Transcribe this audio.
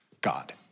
God